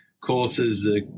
courses